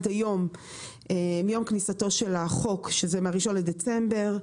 מיום כניסתו של החוק, האחד בדצמבר,